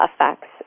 effects